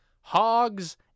hogs